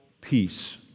peace